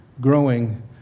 growing